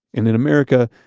in in america,